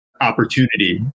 opportunity